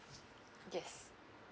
yes